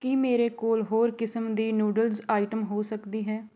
ਕੀ ਮੇਰੇ ਕੋਲ ਹੋਰ ਕਿਸਮ ਦੀ ਨੂਡਲਜ਼ ਆਈਟਮ ਹੋ ਸਕਦੀ ਹੈ